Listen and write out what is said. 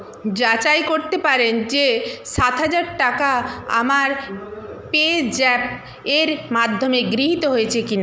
যাচাই করতে পারেন যে সাত হাজার টাকা আমার পেজ্যাপ এর মাধ্যমে গৃহীত হয়েছে কিনা